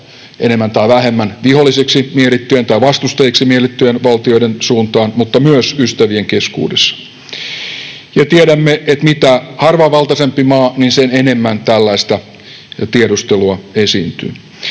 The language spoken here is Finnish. enemmän tai vähemmän vihollisiksi tai vastustajiksi miellettyjen valtioiden suuntaan mutta myös ystävien keskuudessa. Tiedämme, että mitä harvavaltaisempi maa, niin sitä enemmän tällaista tiedustelua esiintyy.